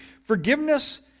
Forgiveness